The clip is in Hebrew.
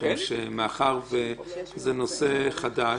גם אם העושה חושב שהוא עושה את זה למטרה הכי חיובית